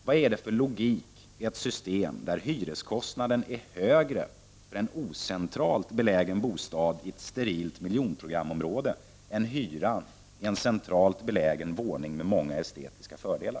Vad är det för logik i ett system där hyreskostnaderna är högre för en ocentralt belägen bostad i ett sterilt miljonprogramområde än hyran för en centralt belägen våning med många estetiska fördelar?